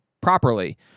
properly